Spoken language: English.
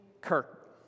Kirk